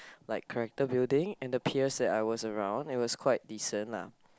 like character building and the peers that I was around it was quite decent lah